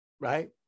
right